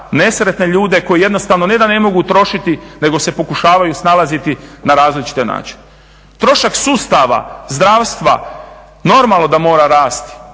nesretne ljude koji jednostavno ne da ne mogu trošiti, nego se pokušavaju snalaziti na različite načine. Trošak sustave zdravstva normalno da mora rasti